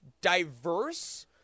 diverse